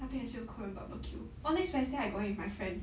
那边也是有 korean barbecue oh next wednesday I going with my friend